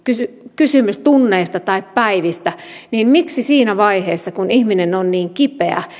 kysymys tunneista tai päivistä niin miksi siinä vaiheessa kun ihminen on niin kipeä